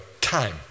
time